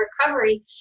recovery